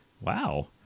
Wow